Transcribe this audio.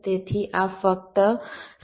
તેથી આ ફક્ત સમય જ કહી શકે છે Refer Time 1600